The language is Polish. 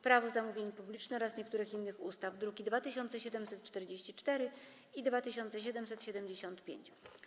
Prawo zamówień publicznych oraz niektórych innych ustaw (druki nr 2744 i 2775)